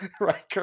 right